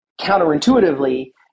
counterintuitively